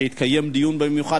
שיתקיים דיון במיוחד,